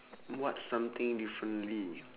what something differently